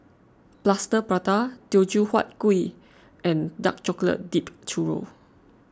Plaster Prata Teochew Huat Kuih and Dark Chocolate Dipped Churro